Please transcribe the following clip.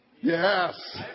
Yes